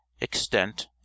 extent